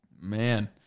man